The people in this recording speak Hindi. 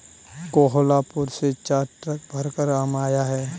कोहलापुर से चार ट्रक भरकर आम आया है